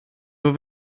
nhw